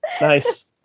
nice